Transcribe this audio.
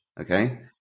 Okay